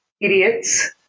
idiots